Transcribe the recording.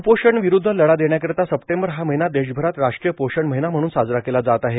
कुपोषणविरूद्ध लढा देण्याकरिता सप्टेंबर हा महिना देशभरात राष्ट्रीय पोषण महिना म्हणून साजरा केला जात आहे